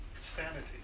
sanity